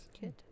Good